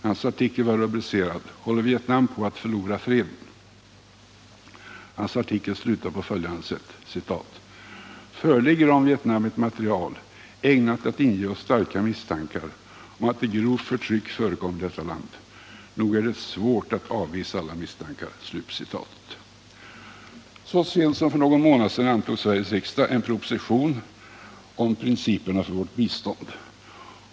Hans artikel var rubricerad: ”Håller Vietnam på att förlora freden?” Artikeln slutade på följande sätt: ” Föreligger om Vietnam ett material ägnat att inge oss starka misstankar om att grovt förtryck förekommer i detta land? Nog är det svårt att avvisa alla misstankar!” Så sent som för någon månad sedan godkände Sveriges riksdag en proposition om principerna för vårt bistånd.